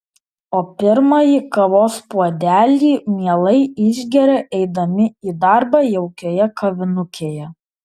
o pirmąjį kavos puodelį mielai išgeria eidami į darbą jaukioje kavinukėje